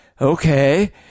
Okay